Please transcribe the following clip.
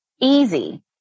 Easy